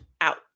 out